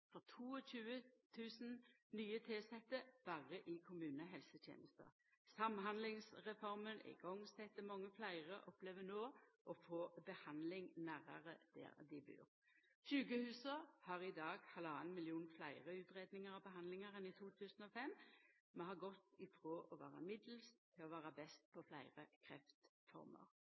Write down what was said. for 22 000 nye tilsette berre i kommunehelsetenesta. Samhandlingsreforma er sett i gang, mange fleire opplever no å få behandling nærare der dei bur. Sjukehusa har i dag 1,5 millionar fleire utgreiingar og behandlingar enn i 2005. Vi har gått frå å vera middels til å vera best på fleire kreftformer.